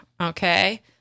okay